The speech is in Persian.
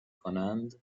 کنند